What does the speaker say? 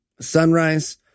sunrise